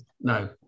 no